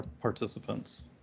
participants